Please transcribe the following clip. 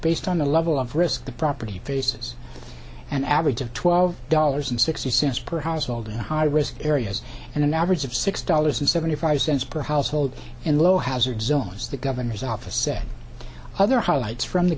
based on the level of risk the property faces an average of twelve dollars and sixty cents per household in high risk areas and an average of six dollars and seventy five cents per household in low hazard zones the governor's office said other highlights from the